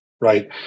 right